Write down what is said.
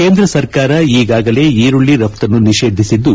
ಕೇಂದ್ರ ಸರ್ಕಾರ ಈಗಾಗಲೇ ಈರುಳ್ಳಿ ರಫ್ತನ್ನು ನಿಷೇಧಿಸಿದ್ದು